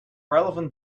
relevant